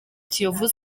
kiyovu